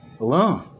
alone